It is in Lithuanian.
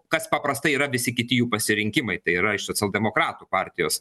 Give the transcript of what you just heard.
kas paprastai yra visi kiti jų pasirinkimai tai yra iš socialdemokratų partijos